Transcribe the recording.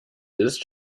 ist